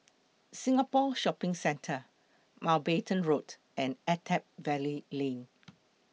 Singapore Shopping Centre Mountbatten Road and Attap Valley Lane